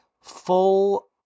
full